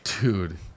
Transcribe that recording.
dude